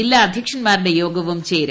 ജില്ലാ അധ്യക്ഷൻമാരുടെ യോഗവും ചേരും